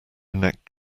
neck